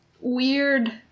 weird